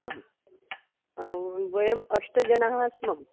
आं वयम् अष्टजनः स्मः